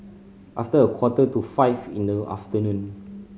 after a quarter to five in the afternoon